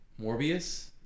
Morbius